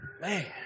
Man